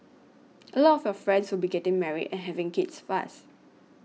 a lot of your friends will be getting married and having kids fast